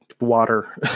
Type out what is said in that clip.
water